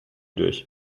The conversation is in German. durch